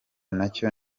nacyo